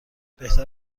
بهتر